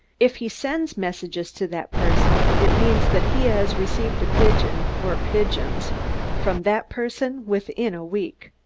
if he sends messages to that person it means that he has received a pigeon or pigeons from that person within a week.